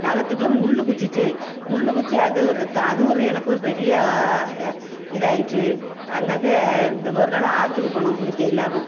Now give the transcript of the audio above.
நகத்துக்குள்ள முள்ளு குத்திட்டு முள்ளு குத்தி அது ஒரு ரத்தம் அது ஒரு எனக்கு ஒரு பெரிய இதாயிட்டு அந்தாக்க தோ இப்போ ஒரு நாள் ஆற்றுக்கு போனோம் குளிக்க எல்லோரும்